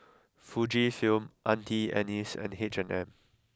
Fujifilm Auntie Anne's and H and M